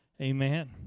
Amen